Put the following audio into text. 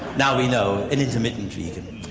now we know, an intermittent vegan.